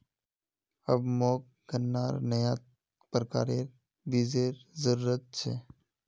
अब मोक गन्नार नया प्रकारेर बीजेर जरूरत छ